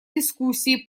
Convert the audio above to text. дискуссии